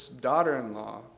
daughter-in-law